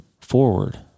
forward